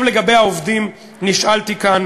לגבי העובדים, נשאלתי כאן